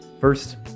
First